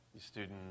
student